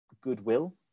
goodwill